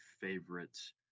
favorites